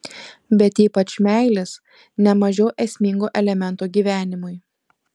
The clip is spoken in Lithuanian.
bet ypač meilės ne mažiau esmingo elemento gyvenimui